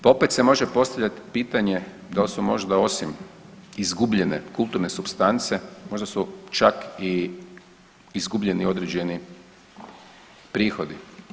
Pa opet se može postavljati pitanje da li su možda osim izgubljene kulturne supstance, možda su čak i izgubljeni određeni prihodi.